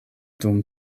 dum